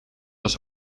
was